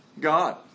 God